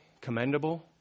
commendable